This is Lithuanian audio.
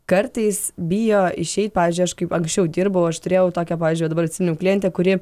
kartais bijo išeit pavyzdžiui aš kaip anksčiau dirbau aš turėjau tokią pavyzdžiui va dabar atsiminiau klientę kuri